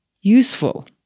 useful